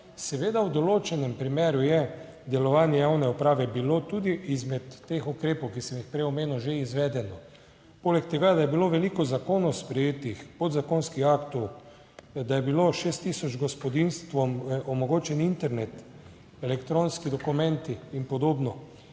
Seveda v določenem primeru je delovanje javne uprave bilo tudi izmed teh ukrepov, ki sem jih prej omenil, že izvedeno, poleg tega, da je bilo veliko zakonov sprejetih, podzakonskih aktov, da je bilo 6 tisoč gospodinjstvom omogočen internet, elektronski dokumenti in podobno.